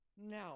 no